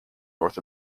north